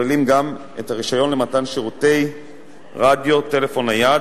הרשיון למתן שירותי רדיו טלפון נייד,